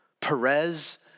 Perez